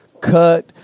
cut